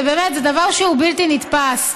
באמת זה דבר שהוא בלתי נתפס,